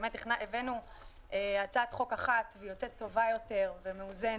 באמת הבאנו הצעת חוק אחת ויוצאת טובה יותר ומאוזנת.